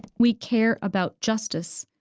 we care about justice,